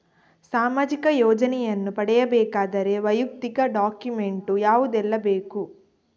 ಸಾಮಾಜಿಕ ಯೋಜನೆಯನ್ನು ಪಡೆಯಬೇಕಾದರೆ ವೈಯಕ್ತಿಕ ಡಾಕ್ಯುಮೆಂಟ್ ಯಾವುದೆಲ್ಲ ಬೇಕು?